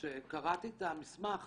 כשקראתי את המסמך